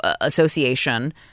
Association